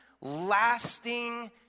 lasting